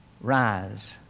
rise